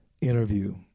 interview